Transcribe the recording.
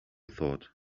thought